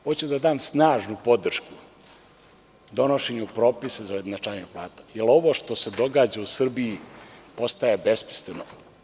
Hoću da dam snažnu podršku donošenju propisa za ujednačavanje plata, jer ovo što se događa u Srbiji postaje besmisleno.